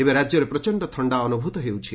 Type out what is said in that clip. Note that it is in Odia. ଏବେ ରାଜ୍ୟରେ ପ୍ରଚଣ୍ଡ ଥଣ୍ଡା ଅନୁଭୂତ ହେଉଛି